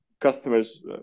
customers